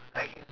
!hey!